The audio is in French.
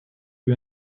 lui